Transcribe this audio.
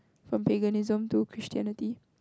from paganism to Christianity